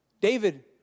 David